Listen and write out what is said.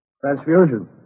Transfusion